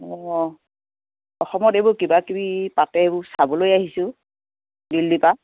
অঁ অসমত এইবোৰ কিবা কিবি পাতে এইবোৰ চাবলৈ আহিছোঁ দিল্লীৰ পৰা